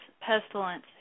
pestilence